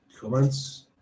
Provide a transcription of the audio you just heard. comments